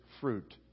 fruit